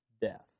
death